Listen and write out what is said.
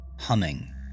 Humming